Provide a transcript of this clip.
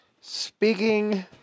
Speaking